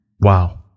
Wow